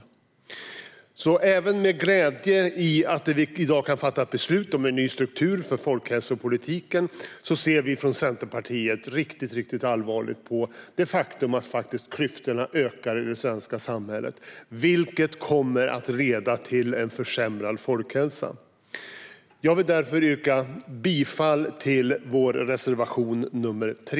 Även om jag känner glädje över att vi i dag kan fatta ett beslut om en ny struktur för folkhälsopolitiken ser vi från Centerpartiet mycket allvarligt på det faktum att klyftorna ökar i det svenska samhället, vilket kommer att leda till en försämrad folkhälsa. Jag vill därför yrka bifall till vår reservation nr 3.